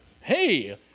Hey